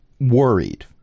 worried